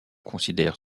considèrent